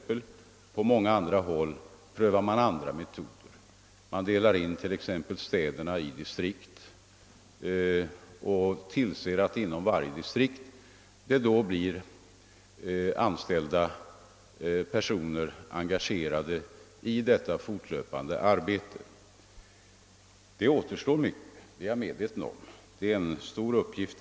På många andra håll prövas andra metoder. Som exempel kan nämnas att man i en del städer gjort en istriktsindelning, varvid man tillsett att det inom varje distrikt anställts personer som engagerats i detta fortlöpande arbete. Jag är medveten om att det återstår mycket, eftersom det rör sig om en stor uppgift.